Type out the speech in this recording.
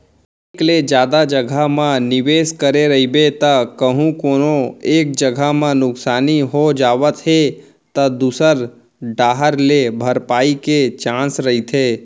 एक ले जादा जघा म निवेस करे रहिबे त कहूँ कोनो एक जगा म नुकसानी हो जावत हे त दूसर डाहर ले भरपाई के चांस रहिथे